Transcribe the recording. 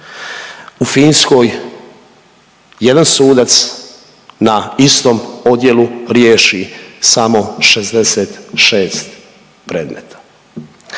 U Finskoj jedan sudac na istom odjelu riješi samo 66 predmeta.